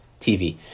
TV